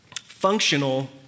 Functional